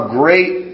great